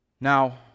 Now